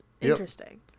Interesting